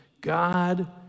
God